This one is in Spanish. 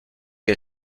que